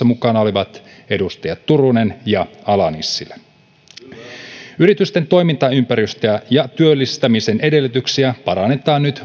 mukana olivat muun muassa edustajat turunen ja ala nissilä yritysten toimintaympäristöä ja työllistämisen edellytyksiä parannetaan nyt